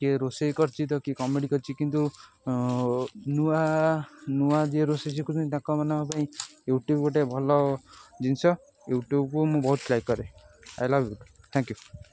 କିଏ ରୋଷେଇ କରିଛି ତ କିଏ କମେଡ଼ି କରିଛି କିନ୍ତୁ ନୂଆ ନୂଆ ଯିଏ ରୋଷେଇ ଶିଖୁଛନ୍ତି ତାଙ୍କମାନଙ୍କ ପାଇଁ ୟୁଟ୍ୟୁବ ଗୋଟେ ଭଲ ଜିନିଷ ୟୁଟ୍ୟୁବକୁ ମୁଁ ବହୁତ ଲାଇକ୍ କରେ I love you thank you